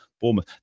Bournemouth